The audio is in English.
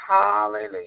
Hallelujah